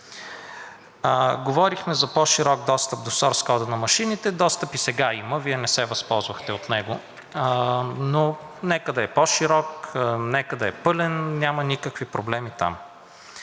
Говорихме за по-широк достъп до сорс кода на машините, достъп и досега има. Вие не се възползвахте от него, но нека да е по широк, нека да е пълен, няма никакви проблеми там.